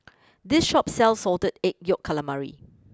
this Shop sells Salted Egg Yolk Calamari